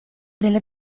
della